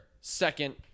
second